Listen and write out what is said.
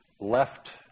left